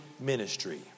ministry